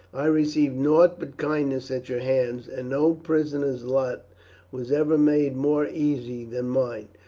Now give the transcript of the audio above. i received nought but kindness at your hands, and no prisoner's lot was ever made more easy than mine.